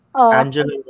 Angela